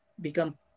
become